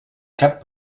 cap